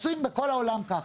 בכול העולם עשו ככה.